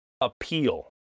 appeal